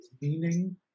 meaning